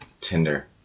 Tinder